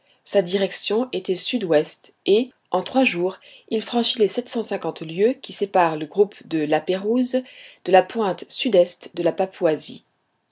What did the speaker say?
sa direction était sud-ouest et en trois jours il franchit les sept cent cinquante lieues qui séparent le groupe de la pérouse de la pointe sud-est de la papouasie